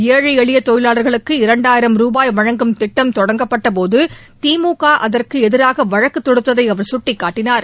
ஏழை எளிய தொழிலாளர்களுக்கு இரண்டாயிரம் ரூபாய் வழங்கும் திட்டம் தொடங்கப்பட்ட போது திமுக அதற்கு எதிராக வழக்கு தொடுத்ததை அவர் சுட்டிக்காட்டினார்